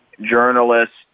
journalists